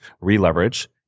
re-leverage